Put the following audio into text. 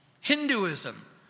Hinduism